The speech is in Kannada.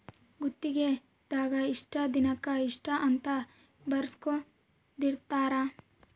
ಗುತ್ತಿಗೆ ದಾಗ ಇಷ್ಟ ದಿನಕ ಇಷ್ಟ ಅಂತ ಬರ್ಸ್ಕೊಂದಿರ್ತರ